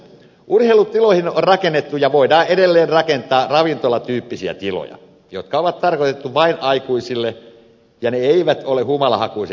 urheilutiloihin on rakennettu ja voidaan edelleen rakentaa ravintolatyyppisiä tiloja jotka on tarkoitettu vain aikuisille ja ne eivät ole humalahakuisen juomisen alueita